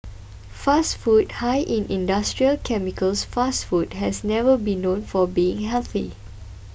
fast food high in industrial chemicals fast food has never been known for being healthy